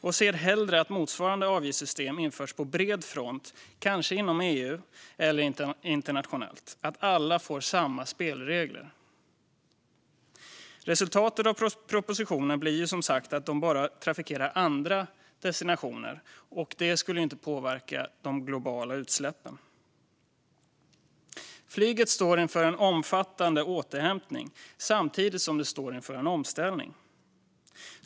Vi ser hellre att motsvarande avgiftssystem införs på bred front, kanske inom EU eller internationellt, så att alla får samma spelregler. Resultatet av propositionen blir, som sagt, att de bara trafikerar andra destinationer, och det skulle inte påverka de globala utsläppen. Flyget står inför en omfattande återhämtning, samtidigt som det står inför en omställning.